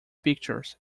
pictures